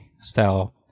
style